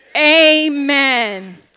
Amen